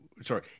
Sorry